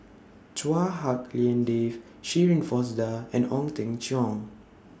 Chua Hak Lien Dave Shirin Fozdar and Ong Teng Cheong